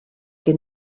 que